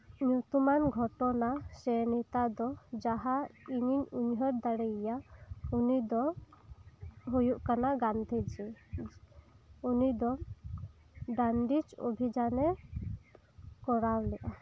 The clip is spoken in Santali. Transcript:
ᱧᱩᱛᱩᱢᱟᱱ ᱜᱷᱚᱴᱚᱱᱟ ᱥᱮ ᱱᱮᱛᱟ ᱫᱚ ᱡᱟᱦᱟᱸ ᱤᱧᱤᱧ ᱩᱭᱦᱟᱹᱨ ᱫᱟᱲᱮᱭᱟᱭᱟ ᱩᱱᱤ ᱫᱚᱭ ᱦᱩᱭᱩᱜ ᱠᱟᱱᱟ ᱜᱟᱱᱫᱷᱤᱡᱤ ᱩᱱᱤ ᱫᱚ ᱩᱱᱤᱫᱚ ᱰᱟᱱᱰᱤᱡ ᱚᱵᱷᱤᱡᱟᱱᱮ ᱠᱚᱨᱟᱣ ᱞᱮᱫᱟ